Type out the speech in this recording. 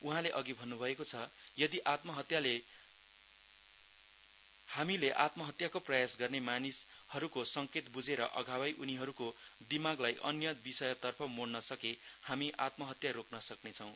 उहाँले अघि भन्नुभएको छ यदि हामीले आत्महत्याको प्रयास गर्ने मानिसहरूको संकेत बुझेर अघावै उनीहरूको दिमागलाई अन्य विषयतर्फ मोड्नसके हामी आत्महत्या रोक्न सक्नेछौं